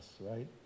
right